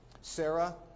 Sarah